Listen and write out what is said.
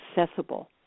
accessible